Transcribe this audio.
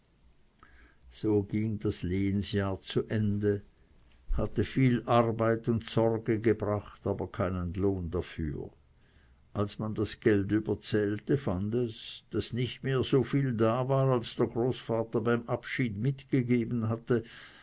so ging das lehensjahr zu ende hatte viel arbeit und sorge gebracht aber keinen lohn dafür als man das geld überzählte fand es sich daß nicht mehr so viel da war als der großvater beim abschiede mitgegeben hatte